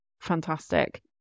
fantastic